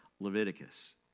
Leviticus